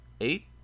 Eight